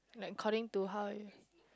like according to her